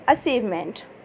Achievement